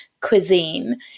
cuisine